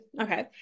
Okay